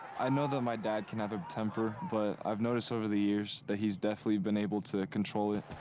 i know that my dad can have a temper, but i've noticed over the years that he's definitely been able to control it.